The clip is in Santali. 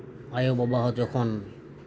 ᱟᱭᱳ ᱵᱟᱵᱟ ᱡᱚᱠᱷᱚᱱ